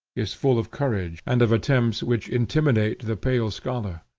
is full of courage and of attempts which intimidate the pale scholar.